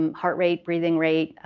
um heart rate, breathing rate,